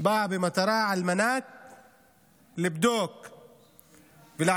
הוא בא במטרה לבדוק ולעצור